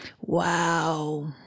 Wow